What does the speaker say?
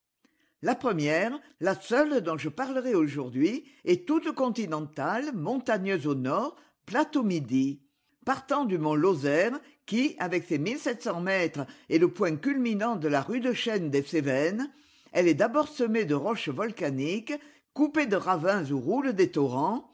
la première la seule dont je parlerai aujourd'hui est toute continentale montagneuse au nord plate au midi partant du mont lozère qui avec ses mètres est le point culminant de la rude chaîne des cévennes elle est d'abord semée de roches volcaniques coupée de ravins où roulent des torrents